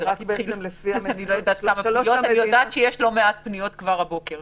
אבל אני יודעת שיש לא מעט פניות כבר הבוקר,